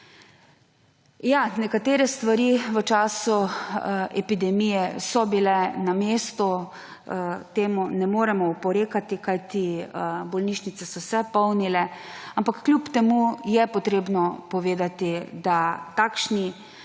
Ja, nekatere stvari v času epidemije so bile na mestu. Temu ne moremo oporekati, kajti bolnišnice so se polnile. Ampak kljub temu je treba povedati, da so takšni